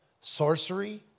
sorcery